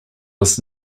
was